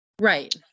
Right